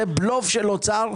זה בלוף של אוצר,